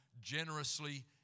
generously